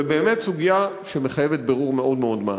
זו באמת סוגיה שמחייבת בירור מאוד מאוד מעמיק.